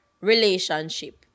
relationship